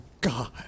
God